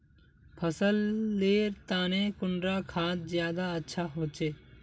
फसल लेर तने कुंडा खाद ज्यादा अच्छा होचे?